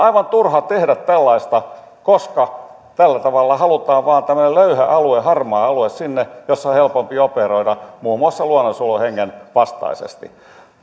aivan turhaa tehdä tällaista koska tällä tavalla halutaan vain tämmöinen löyhä alue harmaa alue sinne missä on helpompi operoida muun muassa luonnonsuojeluhengen vastaisesti